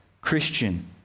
Christian